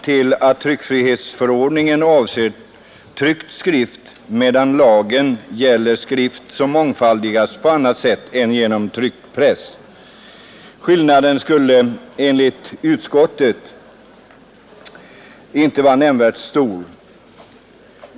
Tryckfrihetsförordningen avser tryckt skrift medan lagen gäller skrift som har mångfaldigats på annat sätt än genom tryckpress.” Enligt utskottets mening skulle skillnaden inte vara nämnvärt stor.